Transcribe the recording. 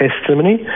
testimony